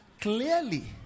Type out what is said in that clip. clearly